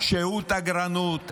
שהוא תגרנות.